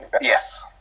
Yes